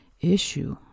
issue